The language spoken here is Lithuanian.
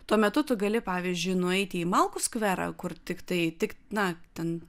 tuo metu tu gali pavyzdžiui nueiti į malkų skverą kur tiktai tik na ten